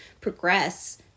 progress